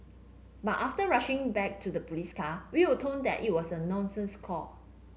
but after rushing back to the police car we were that it was a nuisance call